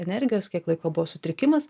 energijos kiek laiko buvo sutrikimas